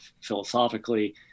philosophically